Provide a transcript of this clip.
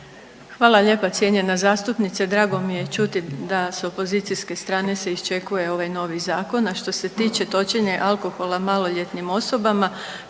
Hvala lijepa cijenjena zastupnice, drago mi je čuti da s opozicijske strane se iščekuje ovaj novi zakon. A što se tiče točenja alkohola maloljetnim osobama